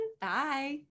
Bye